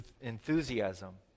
enthusiasm